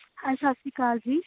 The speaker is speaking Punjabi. ਹਾਂਜੀ ਸਤਿ ਸ਼੍ਰੀ ਅਕਾਲ ਜੀ